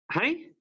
Hey